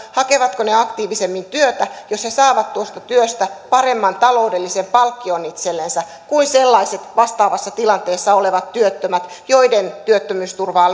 hakevatko he aktiivisemmin työtä jos he saavat tuosta työstä paremman taloudellisen palkkion itsellensä kuin sellaiset vastaavassa tilanteessa olevat työttömät joiden työttömyysturvaa